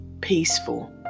peaceful